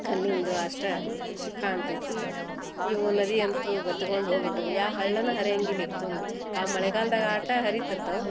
ಕಲ್ಲಿನ್ದು ಅಷ್ಟ ಅಲ್ಲಿ ಕಾಣ್ತೈತಿ ಇವು ನದಿ ಅಂತ್ರು ಬತುಕೊಂಡು ಹೋಗ್ಬಿಟ್ಟವು ಯಾ ಹಳ್ಳನ ಹರಿಯಂಗಿಲ್ಲ ಈಗ ತುಂಬಿ ಆ ಮಳೆಗಾಲ್ದಾಗ ಆಟ ಹರಿತಿರ್ತಾವು